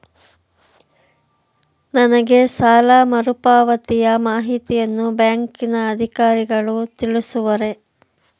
ನನಗೆ ಸಾಲ ಮರುಪಾವತಿಯ ಮಾಹಿತಿಯನ್ನು ಬ್ಯಾಂಕಿನ ಅಧಿಕಾರಿಗಳು ತಿಳಿಸುವರೇ?